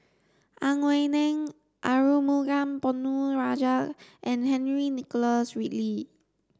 Ang Wei Neng Arumugam Ponnu Rajah and Henry Nicholas Ridley